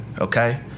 okay